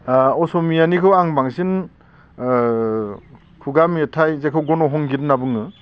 ओ असमियानिखो आं बांसिन ओ खुगा मेथाइ जेखौ गन' हंगित होनना बुङो